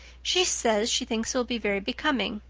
she says she thinks it will be very becoming.